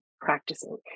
practicing